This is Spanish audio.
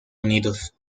unidos